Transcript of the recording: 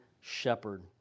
shepherd